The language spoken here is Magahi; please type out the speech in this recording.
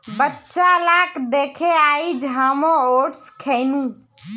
बच्चा लाक दखे आइज हामो ओट्स खैनु